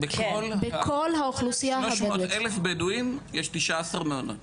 300 אלף בדואים - יש 19 מעונות.